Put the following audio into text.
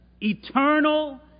eternal